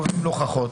קובעים לו הוכחות.